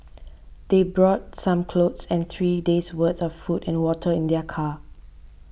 they brought some clothes and three days' worth of food and water in their car